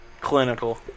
Clinical